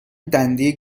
دنده